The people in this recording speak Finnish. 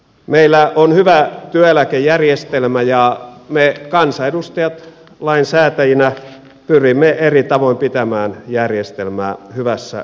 meillä on hyvä työeläkejärjestelmä ja me kansanedustajat lainsäätäjinä pyrimme eri tavoin pitämään järjestelmää hyvässä kunnossa